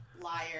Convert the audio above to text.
liar